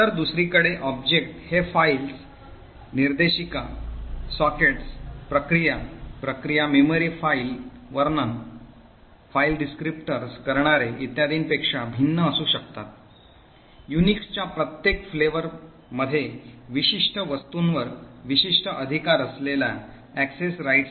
तर दुसरीकडे ऑब्जेक्ट हे फाईल्स निर्देशिका सॉकेट्स प्रक्रिया प्रक्रिया मेमरी फाइल वर्णन files directories sockets processes process memory file descriptors करणारे इत्यादीपेक्षा भिन्न असू शकतात युनिक्स च्या प्रत्येक स्वादात विशिष्ट वस्तूंवर विशिष्ट अधिकार असलेल्या access rights ची व्याख्या केली जाते